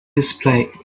display